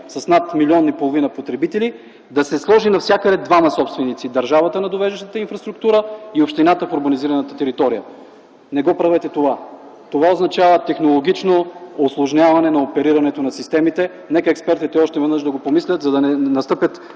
с над 1,5 млн. потребители – да се сложат навсякъде двама собственици – държавата на довеждащата инфраструктура и общината в урбанизираната територия. Не го правете това! Това означава технологично усложняване на оперирането на системите. Нека експертите още веднъж да го помислят, за да не настъпят